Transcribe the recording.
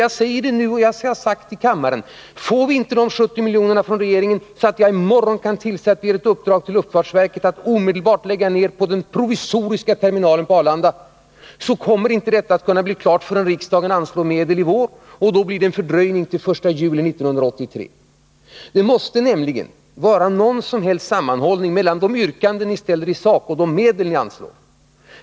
Jag säger nu och jag har sagt det förut att får vi inte 70 milj.kr., så att jag i morgon kan ge ett uppdrag till luftfartsverket att omedelbart sätta i gång med den provisoriska terminalen på Arlanda, så kommer ingenting att bli klart förrän riksdagen anslår medel i vår, och då blir det en fördröjning till den 1 juli 1983. Det måste nämligen finnas någon sorts samband mellan det yrkande ni ställer i sak och de medel ni anslår.